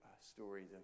stories